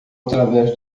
através